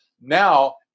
Now